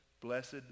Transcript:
blessed